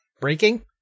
Breaking